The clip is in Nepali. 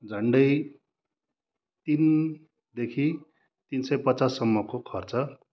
झन्डै तिनदेखि तिन सय पचाससम्मको खर्च